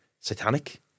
satanic